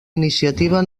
iniciativa